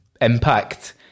impact